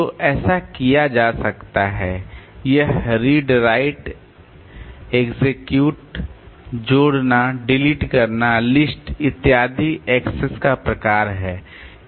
तो ऐसा क्या किया जा सकता है यह रीड राइट एक्सेक्यूट जोड़ना डिलीट करना लिस्ट इत्यादि एक्सेस का प्रकार है